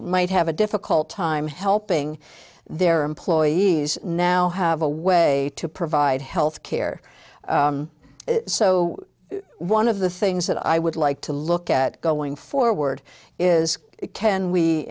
might have a difficult time helping their employees now have a way to provide health care so one of the things that i would like to look at going forward is